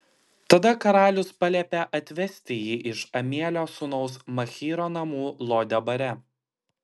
tada karalius paliepė atvesti jį iš amielio sūnaus machyro namų lo debare